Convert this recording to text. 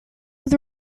with